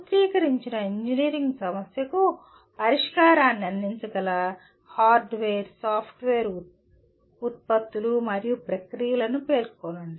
సూత్రీకరించిన engineering సమస్యకు పరిష్కారాన్ని అందించగల హార్డ్వేర్ సాఫ్ట్వేర్ ఉత్పత్తులు మరియు ప్రక్రియలను పేర్కొనండి